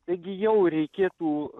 taigi jau reikėtų